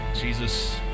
Jesus